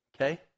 Okay